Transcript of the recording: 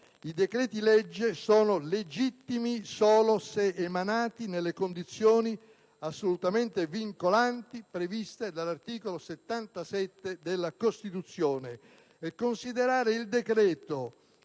I decreti-legge sono legittimi solo se emanati nelle condizioni, assolutamente vincolanti, previste dall'articolo 77 della Costituzione. E considerare il decreto